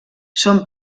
són